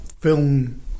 film